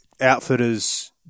outfitters